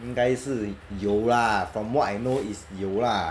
应该是有 lah from what I know is 有 lah